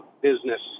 business